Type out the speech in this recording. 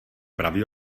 pravý